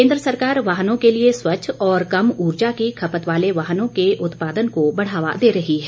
केंद्र सरकार वाहनों के लिए स्वच्छ और कम ऊर्जा की खपत वाले वाहनों के उत्पादन को बढ़ावा दे रही है